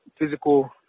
physical